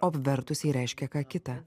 o apvertus ji reiškia ką kitą